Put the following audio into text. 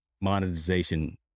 monetization